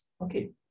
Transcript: Okay